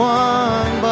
one